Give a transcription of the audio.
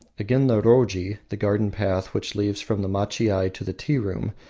again the roji, the garden path which leads from the machiai to the tea-room,